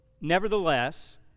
Nevertheless